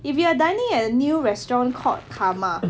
if you are dining at a new restaurant called karma